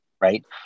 right